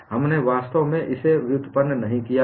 हमने वास्तव में इसे व्युत्पन्न नहीं किया है